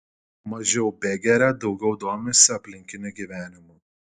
mažiau begeria daugiau domisi aplinkiniu gyvenimu